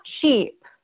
cheap